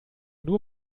nur